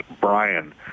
Brian